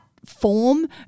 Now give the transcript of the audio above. form